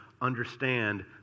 understand